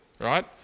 right